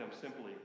simply